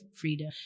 freedom